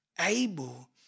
able